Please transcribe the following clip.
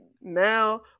now